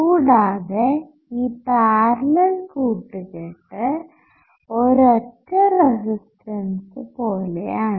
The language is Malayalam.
കൂടാതെ ഈ പാരലൽ കൂട്ടുകെട്ട് ഒരൊറ്റ റെസിസ്റ്റൻസ് പോലെയാണ്